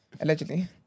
Allegedly